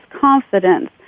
confidence